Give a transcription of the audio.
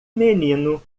menino